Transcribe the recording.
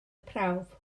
prawf